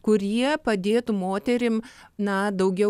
kurie padėtų moterim na daugiau